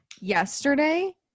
Yesterday